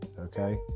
Okay